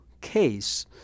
case